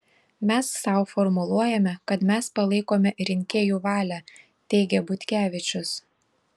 mes sau formuluojame kad mes palaikome rinkėjų valią teigė butkevičius